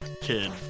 kid